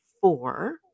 four